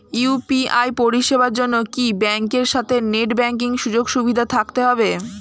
UPI পরিষেবার জন্য কি ব্যাংকের সাথে নেট ব্যাঙ্কিং সুযোগ সুবিধা থাকতে হবে?